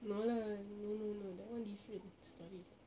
no lah no no no that [one] different story